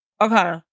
Okay